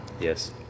Yes